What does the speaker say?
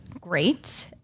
great